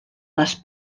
les